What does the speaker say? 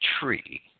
tree